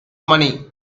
money